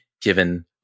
given